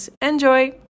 Enjoy